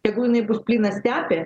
tegu jinai bus plyna stepė